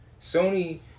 Sony